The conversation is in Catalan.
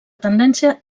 tendència